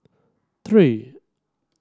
three